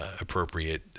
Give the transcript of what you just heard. appropriate